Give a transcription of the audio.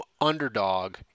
underdog